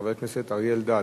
של חבר הכנסת אריה אלדד: